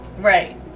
Right